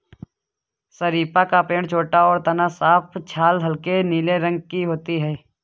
शरीफ़ा का पेड़ छोटा और तना साफ छाल हल्के नीले रंग की होती है